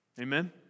Amen